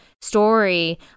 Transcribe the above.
story